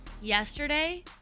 Yesterday